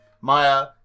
Maya